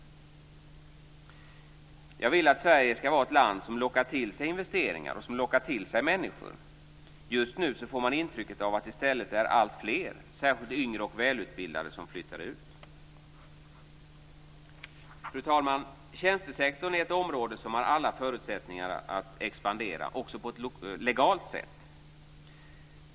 Jag vill att Sverige skall vara ett land som lockar till sig investeringar och som lockar till sig människor. Just nu får man intrycket av att det i stället är alltfler, särskilt yngre och välutbildade, som flyttar ut. Fru talman! Tjänstesektorn är ett område som har alla förutsättningar att expandera också på ett legalt sätt.